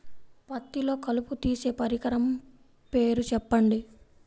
పత్తిలో కలుపు తీసే పరికరము పేరు చెప్పండి